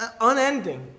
Unending